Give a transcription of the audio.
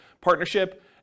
partnership